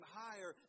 higher